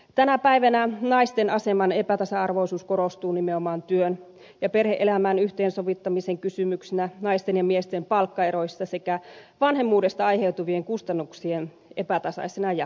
tänä päivänä naisten aseman epätasa arvoisuus korostuu nimenomaan työn ja perhe elämän yhteensovittamisen kysymyksenä naisten ja miesten palkkaeroissa sekä vanhemmuudesta aiheutuvien kustannuksien epätasaisena jakona